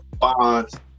bonds